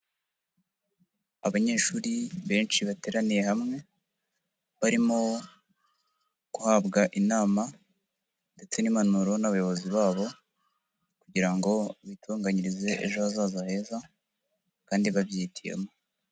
Abanyeshuri benshi bateraniye hamwe, barimo guhabwa inama ndetse n'impanuro n'abayobozi babo kugira ngo bitunganyirize ejo hazaza heza kandi babyihitiyemo.